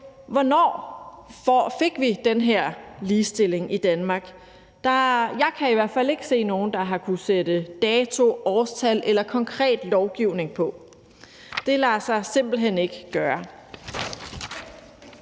Hvornår fik vi den her ligestilling i Danmark? Jeg kan i hvert fald ikke se nogen, der har kunnet sætte dato, årstal eller konkret lovgivning på. Det lader sig simpelt hen ikke gøre.